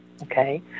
Okay